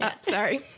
sorry